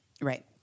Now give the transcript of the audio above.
right